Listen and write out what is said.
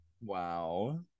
Wow